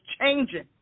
changing